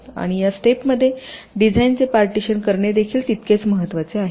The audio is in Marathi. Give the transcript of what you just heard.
आणि या स्टेपमध्ये डिझाईनचे पार्टीशन करणे देखील तितकेच महत्त्वाचे आहे